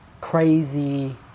crazy